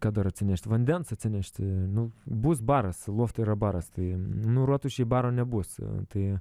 ką dar atsinešti vandens atsinešti nu bus baras lofte yra baras tai nu rotušėj baro nebus tai